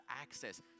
access